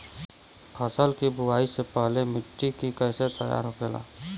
फसल की बुवाई से पहले मिट्टी की कैसे तैयार होखेला?